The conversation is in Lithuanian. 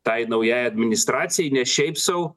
tai naujai administracijai ne šiaip sau